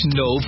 no